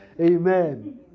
amen